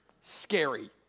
scary